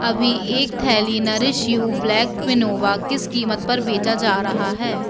अभी एक थैली नरिश यू ब्लैक क्विनोआ किस कीमत पर बेचा जा रहा है